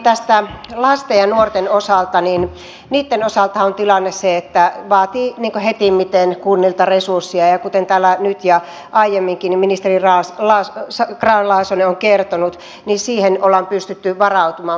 ensinnäkin lasten ja nuorten osaltahan on tilanne se että se vaatii hetimmiten kunnilta resursseja ja kuten täällä nyt ja aiemminkin ministeri grahn laasonen on kertonut siihen ollaan pystytty varautumaan